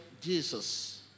Jesus